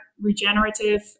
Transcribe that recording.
regenerative